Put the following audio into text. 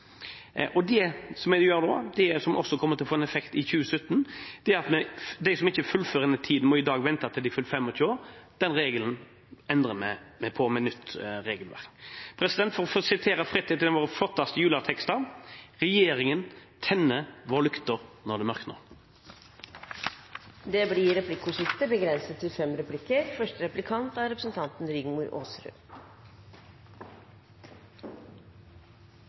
Det vi gjør nå, som også kommer til å få en effekt i 2017, er: De som ikke fullfører innen tiden, må i dag vente til de er fylt 25 år før de får ny rett til videregående opplæring. Den regelen endrer vi med nytt regelverk. For å sitere fritt fra en av våre flotteste juletekster: Regjeringen «tenner våre lykter når det mørkner». Det blir replikkordskifte. I et oppslag i Stavanger Aftenblad i februar i år var representanten